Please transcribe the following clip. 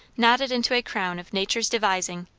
knotted into a crown of nature's devising,